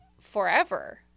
forever